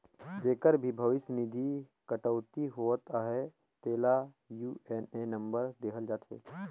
जेकर भी भविस निधि कटउती होवत अहे तेला यू.ए.एन नंबर देहल जाथे